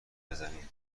بزنی